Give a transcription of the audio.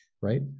right